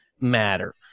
matter